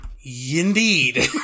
Indeed